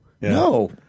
no